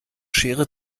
schere